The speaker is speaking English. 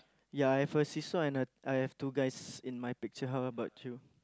ya I have a seesaw and I have two guys in my picture how about you